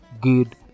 good